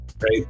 right